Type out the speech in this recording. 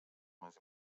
més